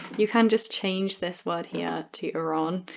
you can just change this word here to iran.